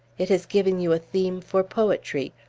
it has given you a theme for poetry.